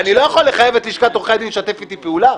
אני לא יכול לחייב את לשכת עורכי הדין לשתף איתי פעולה.